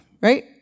right